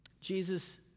Jesus